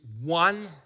one